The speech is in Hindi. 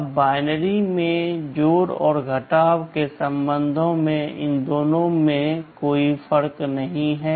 अब बाइनरी में जोड़ और घटाव के संबंध में इन दोनों में कोई फर्क नहीं है